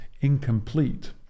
incomplete